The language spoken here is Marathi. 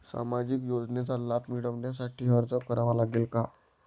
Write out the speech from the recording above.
सामाजिक योजनांचा लाभ मिळविण्यासाठी अर्ज करावा लागेल का?